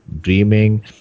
dreaming